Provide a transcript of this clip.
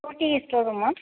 scooty store ரூம்மா